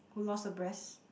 who lost her breast